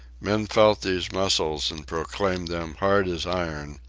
men felt these muscles and proclaimed them hard as iron,